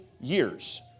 years